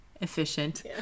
efficient